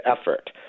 effort